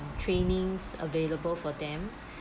trainings available for them